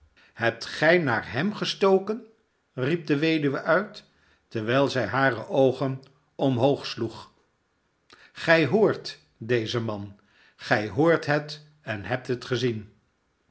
hebt gij naar hem gestoken riep de weduwe uit terwijl zij hare oogen omhoog sloeg gij hoort dezen man gij hoort het en hebt het gezien